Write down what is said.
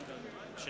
נגד כרמל שאמה, נגד